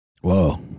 Whoa